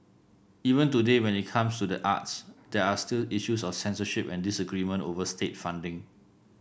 even today when it comes to the arts there are still issues of censorship and disagreement over state funding